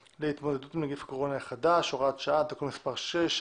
להתמודדות עם נגיף הקורונה החדש (הוראת שעה) (תיקון מס' 6),